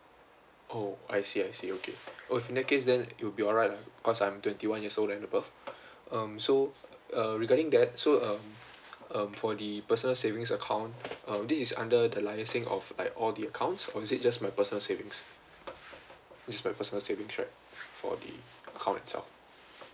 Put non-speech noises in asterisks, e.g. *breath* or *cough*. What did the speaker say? oh I see I see okay in that case then it will be alright because I am twenty one years old and above *breath* um so uh regarding that so um um for the personal savings account uh this is under the liaising of like all the accounts or is it just my personal savings it is my personal savings right for the account itself